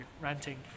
ranting